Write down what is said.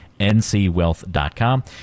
ncwealth.com